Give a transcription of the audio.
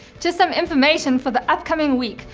just some information for the upcoming week.